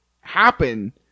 happen